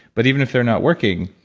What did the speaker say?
but even if they're not working,